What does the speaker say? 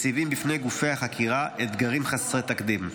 מציבות בפני גופי החקירה אתגרים חסרי תקדים.